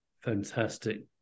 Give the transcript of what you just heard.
fantastic